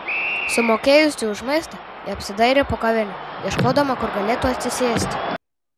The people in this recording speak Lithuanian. sumokėjusi už maistą ji apsidairė po kavinę ieškodama kur galėtų atsisėsti